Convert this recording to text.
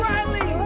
Riley